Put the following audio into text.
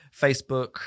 Facebook